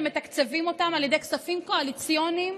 מתקצבים אותם על ידי כספים קואליציוניים,